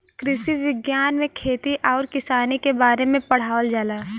कृषि विज्ञान में खेती आउर किसानी के बारे में पढ़ावल जाला